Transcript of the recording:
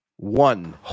One